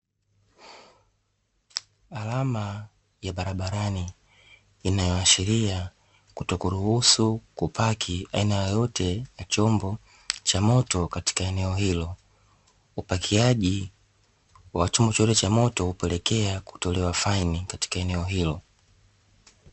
Alama ya barabarani inayoashiria kutokuruhusu kupaki aina yoyote ya chombo cha moto katika eneo hilo. Upakiaji wa chombo chochote cha moto kupelekea kutolewa faini katika eneo hilo.